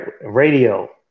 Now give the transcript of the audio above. Radio